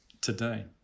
today